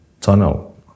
tunnel